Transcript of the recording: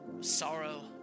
sorrow